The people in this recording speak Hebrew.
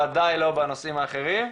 וודאי לא בנושאים האחרים.